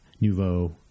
nouveau